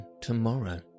tomorrow